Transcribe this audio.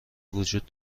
وجود